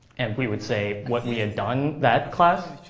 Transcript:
and we would say what we had done that class,